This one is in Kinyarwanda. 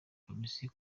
komisiyo